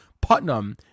Putnam